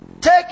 take